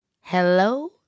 Hello